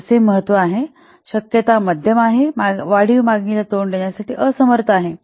तसे महत्त्व जास्त आहे आणि शक्यता मध्यम आहे वाढीव मागणीला तोंड देण्यासाठी असमर्थ आहे